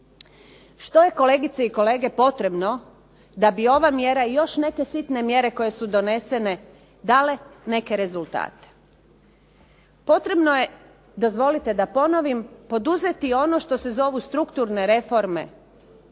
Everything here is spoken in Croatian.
Što je kolegice i kolege potrebno da bi ova mjera i još neke sitne mjere koje su donesene dale neke rezultate? Potrebno je, dozvolite da ponovim, poduzeti ono što se zovu strukturne reforme